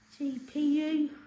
gpu